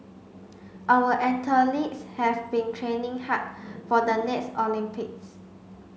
our athletes have been training hard for the next Olympics